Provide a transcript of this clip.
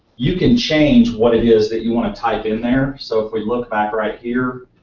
you can change what it is that you want to type in there. so if we look back right here,